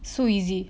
so easy